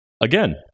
again